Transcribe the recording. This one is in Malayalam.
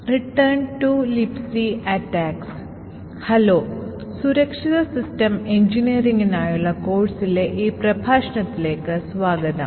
ഹലോസുരക്ഷിത സിസ്റ്റം എഞ്ചിനീയറിംഗിനായുള്ള കോഴ്സിലെ ഈ പ്രഭാഷണത്തിലേക്ക് സ്വാഗതം